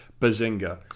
Bazinga